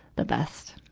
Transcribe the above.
the best.